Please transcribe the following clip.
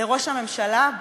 לראש הממשלה,